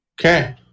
Okay